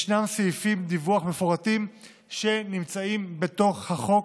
ישנם סעיפי דיווח מפורטים שנמצאים בתוך החוק.